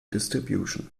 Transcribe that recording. distribution